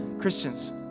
Christians